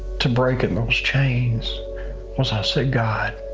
to breaking those chains was i said, god,